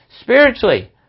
spiritually